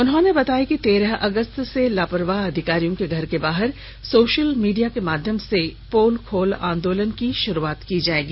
उन्होंने बताया कि तेरह अगस्त से लापरवाह अधिकारियों के घर के बाहर सोशल मीडिया के माध्यम से पोल खोल आंदोलन की शुरुआत की जाएगी